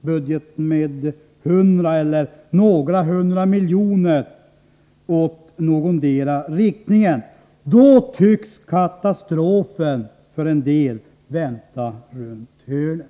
budget med 100 eller några hundra miljoner i någondera riktningen, då tycks för en del katastrofen vänta runt hörnet.